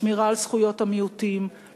שמירה על זכויות המיעוטים,